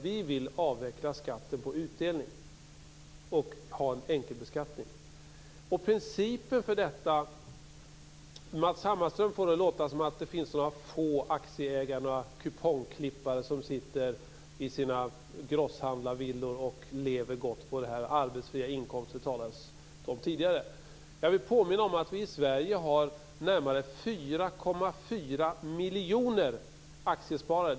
Vi vill avveckla skatten på utdelningen och ha en enkelbeskattning. Matz Hammarström får det att låta som om det finns några få aktieägare, några kupongklippare, som sitter i sina grosshandlarvillor och lever gott på den arbetsfria inkomst som det talades om tidigare. Jag vill påminna om att vi i Sverige har närmare 4,4 miljoner aktiesparare.